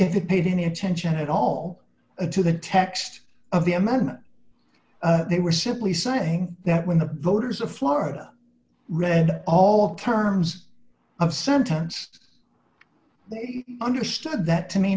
if it paid any attention at all a to the text of the amendment they were simply saying that when the voters of florida read all of terms of sentence they understood that to